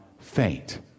faint